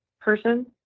person